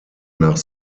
nach